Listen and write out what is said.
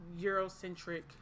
Eurocentric